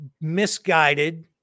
misguided